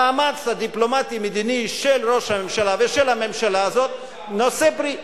המאמץ הדיפלומטי-מדיני של ראש הממשלה ושל הממשלה הזאת נושא פרי.